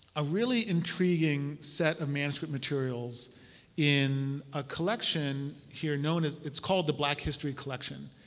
a really intriguing set of manuscript materials in a collection here known as it's called the black history collection,